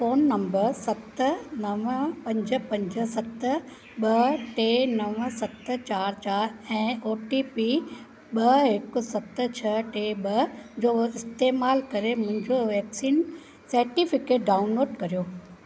phone number सत नव पंज पंज सत ॿ टे नव सत चारि चारि ऐं ओ टी पी ॿ हिकु सत छह टे ॿ जो इस्तेमालु करे मुंहिंजो वैक्सीन सर्टिफ़िकेट डाउनलोड करियो